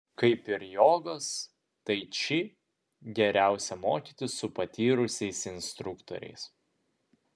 kaip ir jogos tai či geriausia mokytis su patyrusiais instruktoriais